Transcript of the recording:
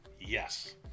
Yes